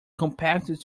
compacted